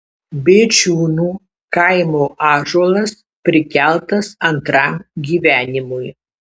bėčiūnų kaimo ąžuolas prikeltas antram gyvenimui